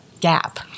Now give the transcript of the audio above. gap